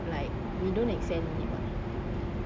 like we don't exam it [what]